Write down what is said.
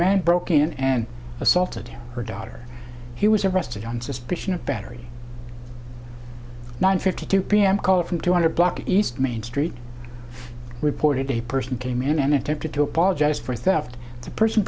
man broke in and assaulted her daughter he was arrested on suspicion of battery nine fifty two p m call from two hundred block east main street reported a person came in and attempted to apologize for theft the person